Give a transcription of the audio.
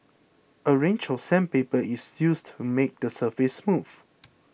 a range of sandpaper is used to make the surface smooth